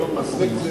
היום מזלג זה